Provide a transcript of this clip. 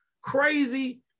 crazy